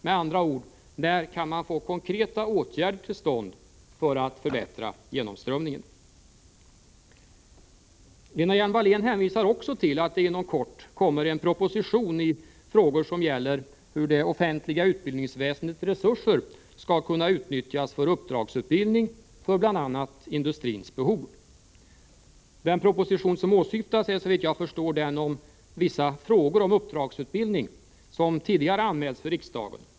Med andra ord: När kan man få konkreta åtgärder till stånd för att förbättra genomströmningen? Lena Hjelm-Wallén hänvisar också till att det inom kort kommer en proposition i frågor som gäller hur det offentliga utbildningsväsendets resurser skall kunna utnyttjas för uppdragsutbildning för bl.a. industrins behov. Den proposition som åsyftas är, såvitt jag förstår, den om vissa frågor om uppdragsutbildning, som tidigare har anmälts riksdagen.